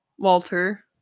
Walter